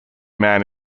man